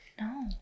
No